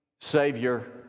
savior